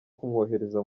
kumwohereza